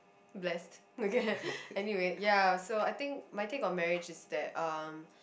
blessed okay anyway ya I think my take on marriage is that um